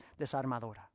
desarmadora